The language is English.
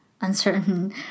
uncertain